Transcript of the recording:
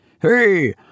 Hey